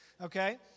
okay